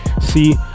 see